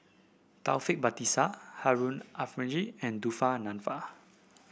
Taufik Batisah Harun Aminurrashid and Dufa Nanfa